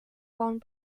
one